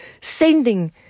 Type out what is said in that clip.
sending